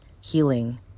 healing